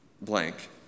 blank